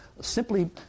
simply